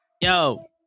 Yo